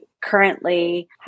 currently